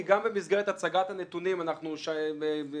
כי גם במסגרת הצגת הנתונים אני לפחות